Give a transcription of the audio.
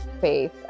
faith